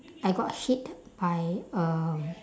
I got hit by um